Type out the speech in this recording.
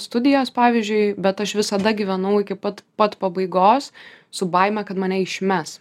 studijas pavyzdžiui bet aš visada gyvenau iki pat pabaigos su baime kad mane išmes